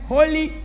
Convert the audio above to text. Holy